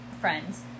friends